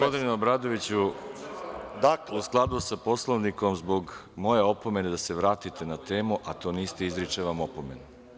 Gospodine Obradoviću, u skladu sa Poslovnikom, zbog moje opomene da se vratite na temu, a to niste, izričem vam opomenu.